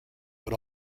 but